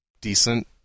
decent